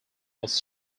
was